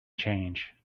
change